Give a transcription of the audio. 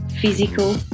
physical